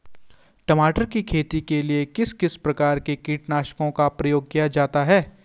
टमाटर की खेती के लिए किस किस प्रकार के कीटनाशकों का प्रयोग किया जाता है?